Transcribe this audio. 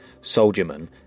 soldierman